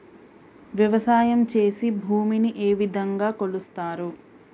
వ్యవసాయం చేసి భూమిని ఏ విధంగా కొలుస్తారు?